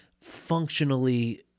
functionally